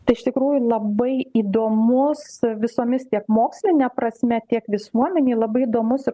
tai iš tikrųjų labai įdomus visomis tiek moksline prasme tiek visuomenei labai įdomus